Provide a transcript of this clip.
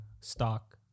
stock